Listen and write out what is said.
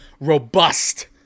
robust